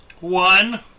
One